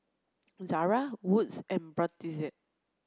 Zara Wood's and Brotzeit